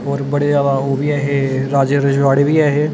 ओह् बड़े जैदा ओह् बी ऐ हे राजे रजवाड़े बी ऐ हे